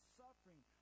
suffering